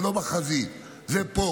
זה לא בחזית, זה פה.